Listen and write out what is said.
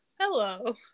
hello